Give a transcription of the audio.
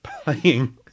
playing